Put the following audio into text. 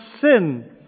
sin